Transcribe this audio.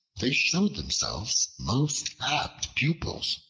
they showed themselves most apt pupils,